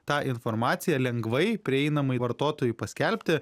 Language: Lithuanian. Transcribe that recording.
tą informaciją lengvai prieinamai vartotojui paskelbti